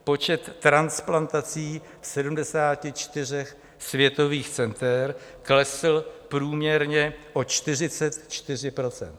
Počet transplantací 74 světových center klesl průměrně o 44 %.